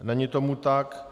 Není tomu tak.